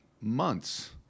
months